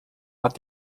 hat